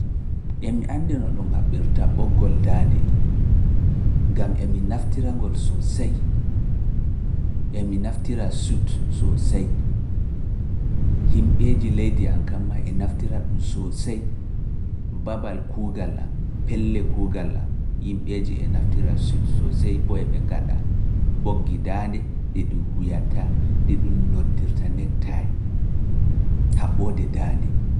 Emi anndi no ɗum haɓbirta ɓoggol daande, gam emi naftira ngol sosey, emi naftira suit sosey, yimɓeeji leydi am kam maa e naftira ɗum sosey, babal kuugal am, pelle kuugal am, yimɓeeji e naftira sut sosey boo eɓe ngaɗa ɓoggi daande ɗi ɗum wuyata, ɗi ɗum noddirta nektay haɓoode daande.